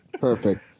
Perfect